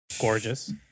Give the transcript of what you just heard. Gorgeous